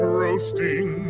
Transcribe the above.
roasting